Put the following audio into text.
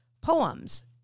poems